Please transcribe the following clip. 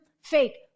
Fake